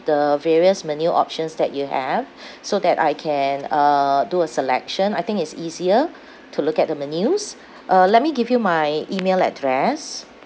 the various menu options that you have so that I can uh do a selection I think it's easier to look at the menus uh let me give you my email address